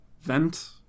vent